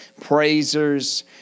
praisers